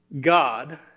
God